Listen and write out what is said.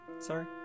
Sorry